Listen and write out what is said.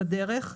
בדרך,